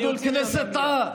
(חבר הכנסת טאהא,